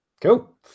Cool